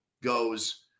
goes –